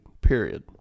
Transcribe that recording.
period